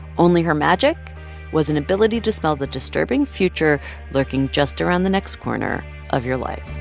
only her magic was an ability to smell the disturbing future lurking just around the next corner of your life